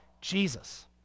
Jesus